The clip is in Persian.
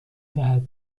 دهد